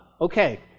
Okay